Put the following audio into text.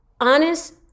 honest